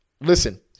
Listen